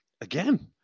again